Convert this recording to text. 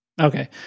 Okay